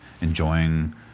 enjoying